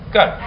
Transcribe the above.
Good